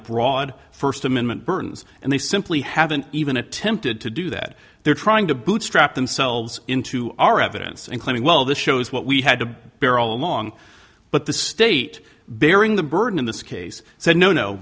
broad first amendment burns and they simply haven't even attempted to do that they're trying to bootstrap themselves into our evidence and claiming well this shows what we had to bear all along but the state bearing the burden in this case said no no